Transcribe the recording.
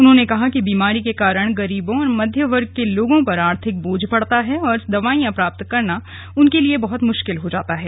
उन्होंने कहा कि बीमारी के कारण गरीबों और मध्य वर्ग के लोगों पर आर्थिक बोझ पड़ता है और दवाईयां प्राप्त करना बहत मुश्किल हो जाता है